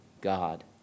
God